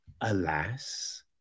alas